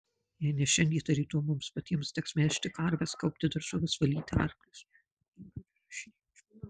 jei ne šiandien tai rytoj mums patiems teks melžti karves kaupti daržoves valyti arklius